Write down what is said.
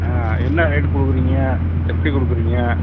ஆ என்ன ரேட்டு கொடுக்குறீங்க எப்படி கொடுக்குறீங்க